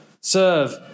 serve